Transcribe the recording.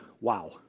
wow